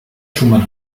schumann